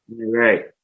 Right